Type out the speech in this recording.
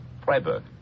Freiburg